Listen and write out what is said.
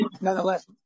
nonetheless